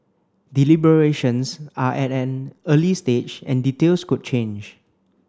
deliberations are at an early stage and details could change